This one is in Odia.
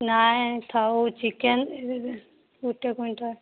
ନାଇଁ ଥାଉ ଚିକେନ୍ ଗୋଟେ କ୍ଵିଣ୍ଟାଲ୍